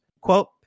Quote